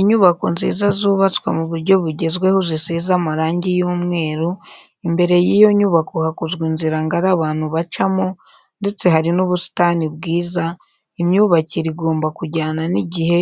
Inyubako nziza zubatswe mu buryo bugezweho zisize amarangi y'umweru, imbere y'iyo nyubako hakozwe inzira ngari abantu bacamo, ndetse hari n'ubusitani bwiza, imyubakire igomba kujyana n'igihe,